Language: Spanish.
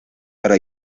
para